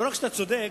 לא רוצה לספק מים,